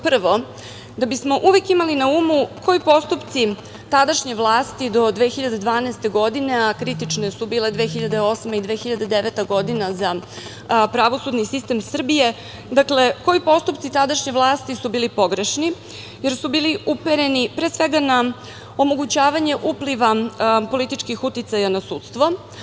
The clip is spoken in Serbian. Prvo, da bismo imali na umu koji postupci tadašnje vlasti do 2012. godine, a kritične su bile 2008. i 2009. godina za pravosudni sistem Srbije, dakle koji postupci tadašnje vlasti su bili pogrešni, jer su bili upereni, pre svega na omogućavanje upliva političkih uticaja na sudstvo.